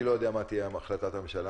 אני לא יודע מה תהיה החלטת הממשלה,